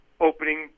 opening